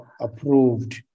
approved